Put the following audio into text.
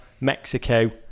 Mexico